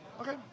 Okay